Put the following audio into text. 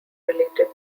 related